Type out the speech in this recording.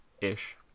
ish